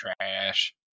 trash